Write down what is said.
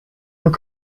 were